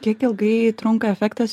kiek ilgai trunka efektas